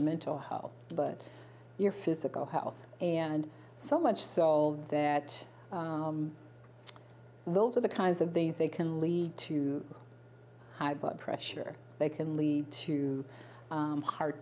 mental health but your physical health and so much so all that those are the kinds of things they can lead to high blood pressure they can lead to heart